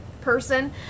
person